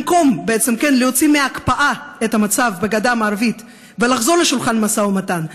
במקום להוציא מההקפאה את המצב בגדה המערבית ולחזור לשולחן המשא ומתן,